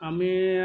আমি